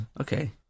Okay